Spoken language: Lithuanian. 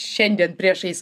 šiandien priešais